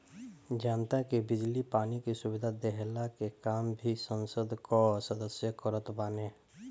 जनता के बिजली पानी के सुविधा देहला के काम भी संसद कअ सदस्य करत बाने